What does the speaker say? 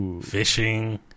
fishing